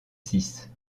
six